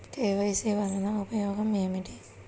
KYC వలన ఉపయోగం ఏమిటీ?